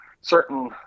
certain